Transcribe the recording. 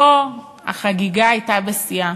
פה החגיגה הייתה בשיאה.